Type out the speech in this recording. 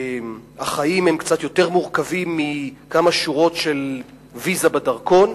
החיים קצת יותר מורכבים מכמה שורות של ויזה בדרכון.